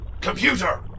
Computer